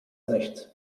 nichts